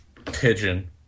Pigeon